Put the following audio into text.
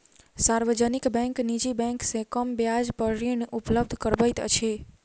सार्वजनिक बैंक निजी बैंक से कम ब्याज पर ऋण उपलब्ध करबैत अछि